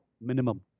minimum